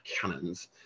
cannons